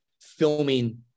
filming